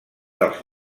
dels